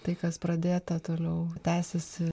tai kas pradėta toliau tęsiasi